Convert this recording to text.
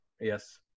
Yes